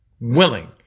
willing